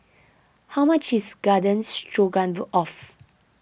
how much is Garden Stroganoff